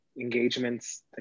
engagements